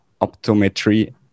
optometry